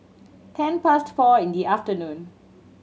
ten past four in the afternoon